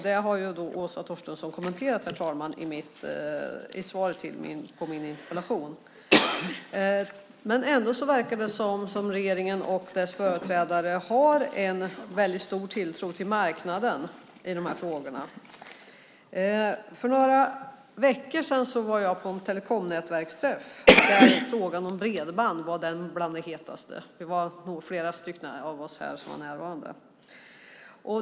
Det har Åsa Torstensson kommenterat i svaret på min interpellation, herr talman. Ändå verkar det som att regeringen och dess företrädare har en stor tilltro till marknaden i dessa frågor. För några veckor sedan var jag på en telekomnätverksträff där frågan om bredband var hetast. Flera av oss här var närvarande.